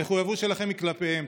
המחויבות שלכם היא כלפיהם.